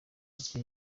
iki